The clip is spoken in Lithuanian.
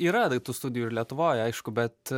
yra tai tų studijų ir lietuvoj aišku bet